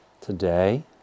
today